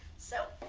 so,